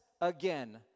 again